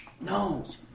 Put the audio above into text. No